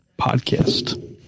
podcast